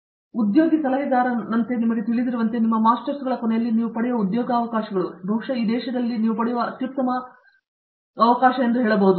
ಮತ್ತು ಮಾಜಿ ಉದ್ಯೋಗಿ ಸಲಹೆಗಾರನಂತೆ ನಿಮಗೆ ತಿಳಿದಿರುವಂತೆ ನಿಮ್ಮ ಮಾಸ್ಟರ್ಗಳ ಕೊನೆಯಲ್ಲಿ ನೀವು ಪಡೆಯುವ ಉದ್ಯೋಗಾವಕಾಶಗಳು ಬಹುಶಃ ಈ ದೇಶದಲ್ಲಿ ನೀವು ಪಡೆಯುವ ಅತ್ಯುತ್ತಮವೆಂದು ಹೇಳಬಹುದು